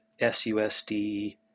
susd